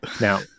Now